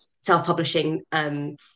self-publishing